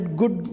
good